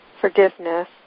forgiveness